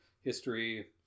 history